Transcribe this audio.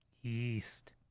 Yeast